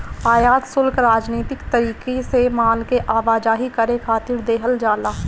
आयात शुल्क राजनीतिक तरीका से माल के आवाजाही करे खातिर देहल जाला